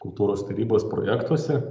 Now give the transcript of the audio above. kultūros tarybos projektuose